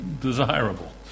desirable